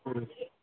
ہاں